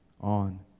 On